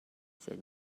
sed